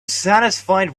satisfied